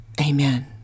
Amen